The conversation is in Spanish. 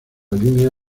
línea